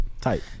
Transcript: Tight